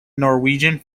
norwegian